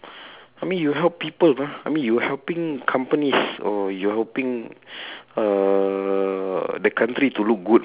I mean you help people right I mean you helping companies or you're helping uh the country to look good